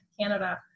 Canada